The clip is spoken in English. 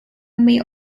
may